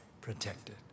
protected